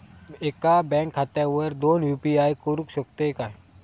एका बँक खात्यावर दोन यू.पी.आय करुक शकतय काय?